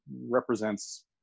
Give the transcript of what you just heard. represents